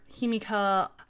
Himika